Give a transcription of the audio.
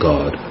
God